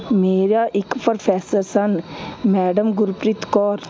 ਮੇਰਾ ਇਕ ਪ੍ਰੋਫੈਸਰ ਸਨ ਮੈਡਮ ਗੁਰਪ੍ਰੀਤ ਕੌਰ